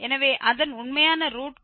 எனவே அதன் உண்மையான ரூட் கூட 0